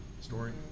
story